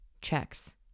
checks